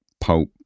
pulp